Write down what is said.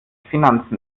finanzen